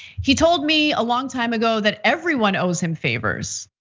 he told me a long time ago, that everyone owes him favors.